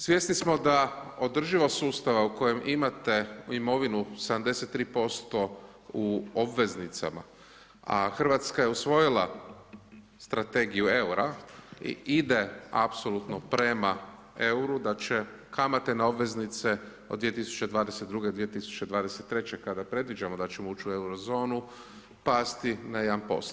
Svjesni smo da održivost sustava u kojem imate imovinu 73% u obveznicama a Hrvatska je usvojila strategiju eura ide apsolutno prema euru, da će kamate na obveznice od 2022., 2023. kada predviđamo da ćemo ući u eurozonu pasti na 1%